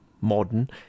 modern